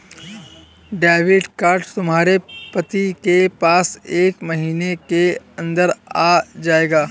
debit card तुम्हारे पति के पास एक महीने के अंदर आ जाएगा